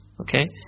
Okay